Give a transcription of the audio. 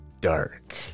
Dark